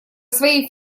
своей